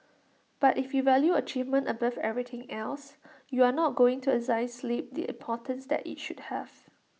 but if you value achievement above everything else you're not going to assign sleep the importance that IT should have